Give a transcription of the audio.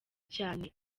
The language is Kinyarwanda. cane